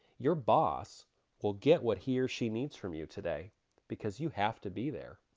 your boss will get what he or she needs from you today because you have to be there.